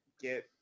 get